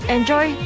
Enjoy